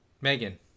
Megan